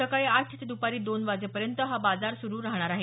सकाळी आठ ते द्पारी दोन वाजेपर्यंत हा बाजार सुरू राहणार आहे